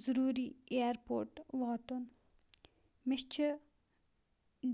ضروٗری ایرپوٹ واتُن مےٚ چھِ